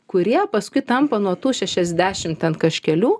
kurie paskui tampa nuo tų šešiasdešimt ten kažkelių